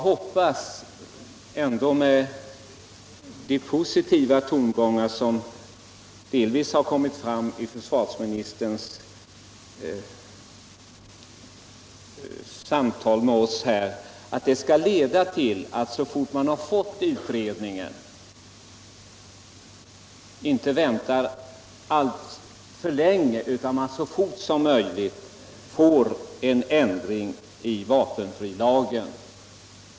Efter de delvis positiva tongångar som kommit fram i försvarsministerns samtal med oss här hoppas jag att vi så fort som möjligt när utredningen är klar får en ändring av vapenfrilagen.